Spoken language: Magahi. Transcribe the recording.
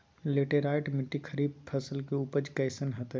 लेटराइट मिट्टी खरीफ फसल के उपज कईसन हतय?